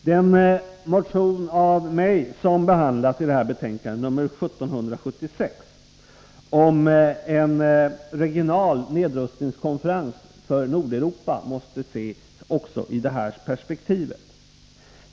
Den motion av mig som behandlas i betänkandet, 1776, om en regional nedrustningskonferens för Nordeuropa måste ses i detta perspektiv.